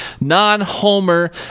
non-homer